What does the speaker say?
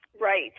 Right